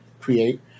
create